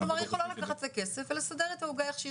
כלומר היא יכולה לקחת את הכסף ולסדר את העוגה איך שהיא